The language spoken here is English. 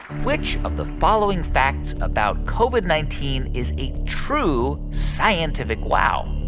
which of the following facts about covid nineteen is a true scientific wow?